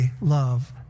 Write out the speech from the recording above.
love